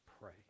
pray